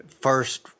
first